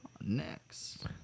Next